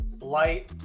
Light